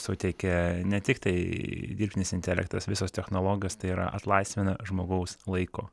suteikia ne tik tai dirbtinis intelektas visos technologos tai yra atlaisvina žmogaus laiko